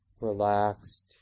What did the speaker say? relaxed